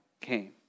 came